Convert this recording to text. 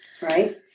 Right